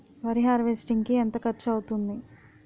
వరి హార్వెస్టింగ్ కి ఎంత ఖర్చు అవుతుంది?